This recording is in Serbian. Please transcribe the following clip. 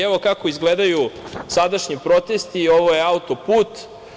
Evo kako izgledaju sadašnji protesti, ovo je autoput.